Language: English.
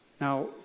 Now